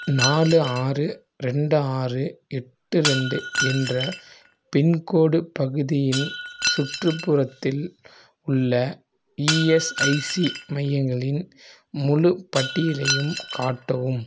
நாலு ஆறு ரெண்டு ஆறு எட்டு ரெண்டு என்ற பின்கோடு பகுதியின் சுற்றுப்புறத்தில் உள்ள இஎஸ்ஐசி மையங்களின் முழுப்பட்டியலையும் காட்டவும்